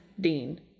Dean